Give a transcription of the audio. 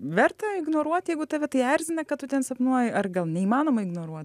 verta ignoruoti jeigu tave tai erzina kad tu ten sapnuoji ar gal neįmanoma ignoruot